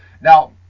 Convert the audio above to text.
Now